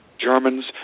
Germans